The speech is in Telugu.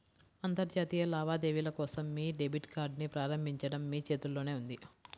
అంతర్జాతీయ లావాదేవీల కోసం మీ డెబిట్ కార్డ్ని ప్రారంభించడం మీ చేతుల్లోనే ఉంది